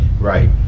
Right